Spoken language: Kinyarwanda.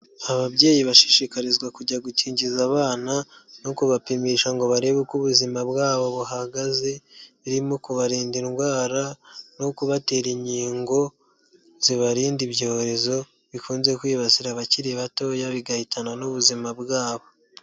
Ababyeyi bashishikarizwa kujya gukingiza abana no kubapimisha ngo barebe uko ubuzima bwabo buhagaze; birimo kubarinda indwara, no kubatera inkingo, zibarinda ibyorezo bikunze kwibasira abakiri batoya bigahitana n'ubuzima bwabo.